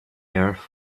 earth